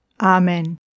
Amen